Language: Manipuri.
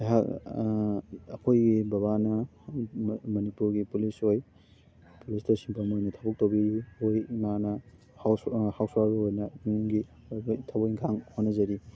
ꯑꯩꯍꯥꯛ ꯑꯩꯈꯣꯏꯒꯤ ꯕꯕꯥꯅ ꯃꯅꯤꯄꯨꯔꯒꯤ ꯄꯨꯂꯤꯁ ꯑꯣꯏ ꯄꯨꯂꯤꯁꯇ ꯁꯤꯟꯐꯝ ꯑꯣꯏꯅ ꯊꯕꯛ ꯇꯧꯕꯤꯔꯤ ꯑꯩꯈꯣꯏ ꯏꯃꯥꯅ ꯍꯥꯎꯁ ꯍꯥꯎꯁ ꯋꯥꯏꯐ ꯑꯣꯏꯅ ꯏꯃꯨꯡꯒꯤ ꯊꯕꯛ ꯏꯪꯈꯥꯡ ꯍꯣꯠꯅꯖꯔꯤ